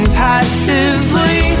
passively